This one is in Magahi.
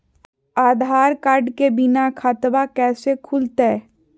आधार कार्ड के बिना खाताबा कैसे खुल तय?